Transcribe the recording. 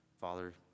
Father